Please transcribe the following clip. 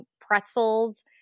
pretzels